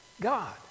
God